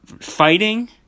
fighting